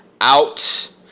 out